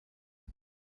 wit